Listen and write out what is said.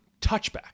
Touchback